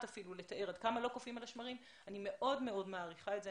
אפילו לתאר עד כמה לא קופאים על השמרים - אני מאוד מאוד מעריכה את זה.